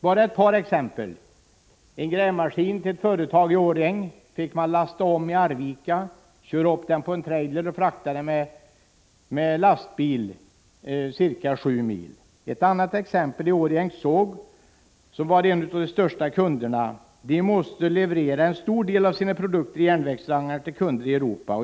Bara ett par exempel: En grävmaskin till ett företag i Årjäng fick lastas om i Arvika, man fick köra upp den på en trailer och frakta den med lastbil ca 7 mil. Vidare: Sågen i Årjäng som är en av de största kunderna måste leverera en stor del av sina produkter i järnvägsvagnar till kunder i Europa.